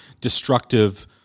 destructive